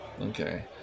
okay